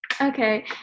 Okay